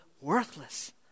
worthless